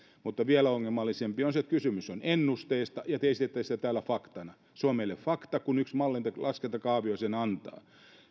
mutta vielä ongelmallisempaa on se että kysymys on ennusteesta ja te esitätte sitä täällä faktana se on meille fakta kun yksi laskentakaavio sen antaa